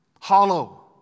hollow